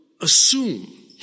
assume